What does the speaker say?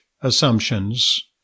assumptions